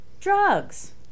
Drugs